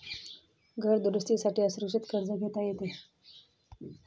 घर दुरुस्ती साठी असुरक्षित कर्ज घेता येते